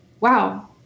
wow